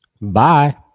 bye